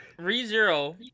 ReZero